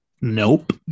Nope